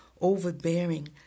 overbearing